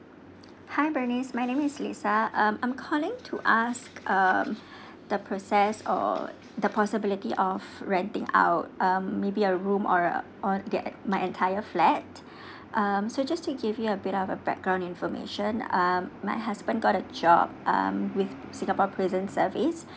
hi bernice my name is lisa um I'm calling to ask um the process or the possibility of renting out um maybe a room or or the my entire flat um so just to give you a bit of a background information um my husband got a job um with singapore prison service